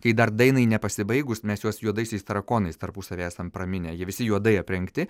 kai dar dainai nepasibaigus mes juos juodaisiais tarakonais tarpusavy esam praminę jie visi juodai aprengti